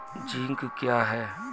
Zinc क्या हैं?